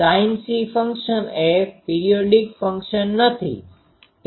sinc function એ periodic function નથી